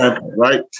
Right